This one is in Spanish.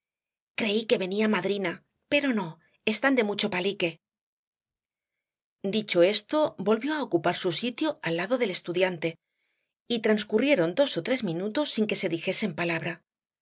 que venía madrina pero no están de mucho palique dicho esto volvió á ocupar su sitio al lado del estudiante y transcurrieron dos ó tres minutos sin que se dijesen palabra la